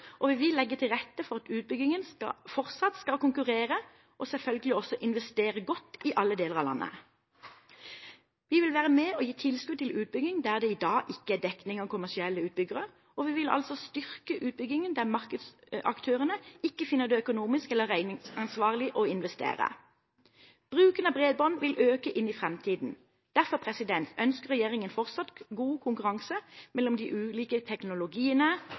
og vi vil legge til rette for at utbyggerne fortsatt skal konkurrere og selvfølgelig også investere godt i alle deler av landet. Vi vil være med og gi tilskudd til utbygging der det i dag ikke er dekning av kommersielle utbyggere, og vi vil altså styrke utbyggingen der markedsaktørene ikke finner det økonomisk eller regningssvarende å investere. Bruken av bredbånd vil øke inn i framtiden. Derfor ønsker regjeringen fortsatt god konkurranse mellom de ulike teknologiene,